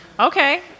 Okay